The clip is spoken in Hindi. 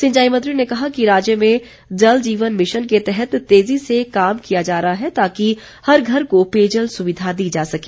सिंचाई मंत्री ने कहा कि राज्य में जल जीवन मिशन के तहत तेज़ी से काम किया जा रहा है ताकि हर घर को पेयजल सुविधा दी जा सके